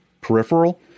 peripheral